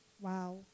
wow